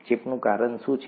ચેપનું કારણ શું છે